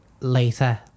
later